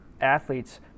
athletes